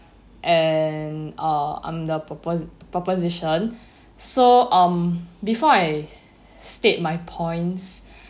and uh I'm the propo~ proposition so um before I state my points